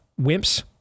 wimps